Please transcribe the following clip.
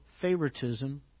favoritism